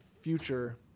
future